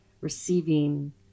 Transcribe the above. receiving